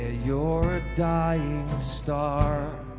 ah you're a dying star